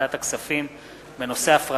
חבר